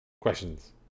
Questions